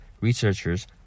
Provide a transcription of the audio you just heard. researchers